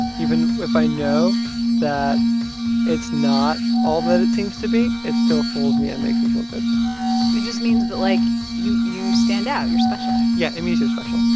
even if i know that it's not all that it seems to be, it still fools me and makes me feel good it just means that, like, you you stand out. you're special yeah, it means you're special.